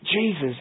Jesus